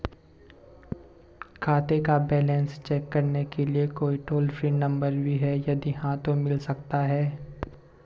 खाते का balance check करने के लिए कोई टॉल फ्री नम्बर भी है यदि हाँ तो मिल सकता है?